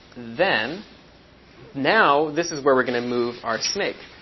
then now this is where we're going to move our snake.